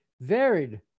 varied